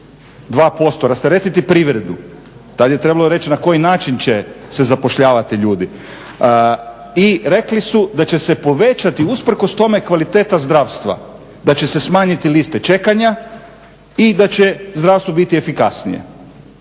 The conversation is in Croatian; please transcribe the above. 2%, rasteretiti privredu tad je trebalo reći na koji način će se zapošljavati ljudi i rekli su da će se povećati usprkos tome kvaliteta zdravstva, da će se smanjiti liste čekanja i da će zdravstvo biti efikasnije.